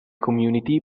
community